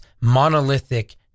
monolithic